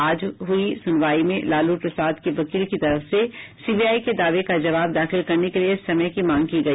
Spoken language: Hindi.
आज हुई सुनवाई में लालू प्रसाद के वकील की तरफ से सीबीआई के दावे का जवाब दाखिल करने के लिए समय की मांग की गई